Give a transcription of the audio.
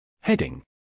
Heading